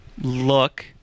look